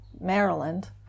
Maryland